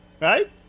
right